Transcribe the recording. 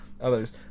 others